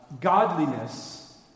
Godliness